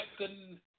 second